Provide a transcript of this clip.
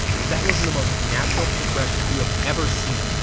if that wasn't the most natural progression you have ever seen,